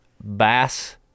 bass